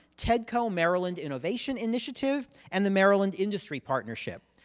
tedco maryland innovation initiative, and the maryland industry partnership.